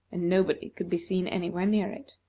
and nobody could be seen anywhere near it.